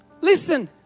Listen